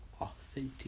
authentic